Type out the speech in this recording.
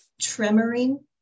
tremoring